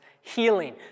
healing